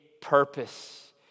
purpose